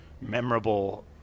memorable